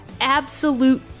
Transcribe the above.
absolute